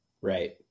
Right